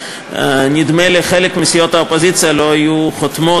נדמה לי שחלק מסיעות האופוזיציה לא היו חותמות